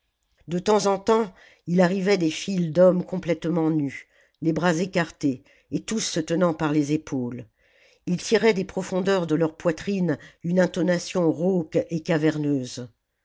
de temps en temps il arrivait des files d'hommes complètement nus les bras écartés et tous se tenant par les épaules ils tiraient des profondeurs de leur poitrine une intonation rauque et caverneuse